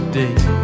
day